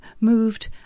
moved